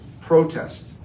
protest